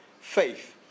faith